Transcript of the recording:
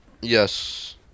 Yes